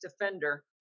defender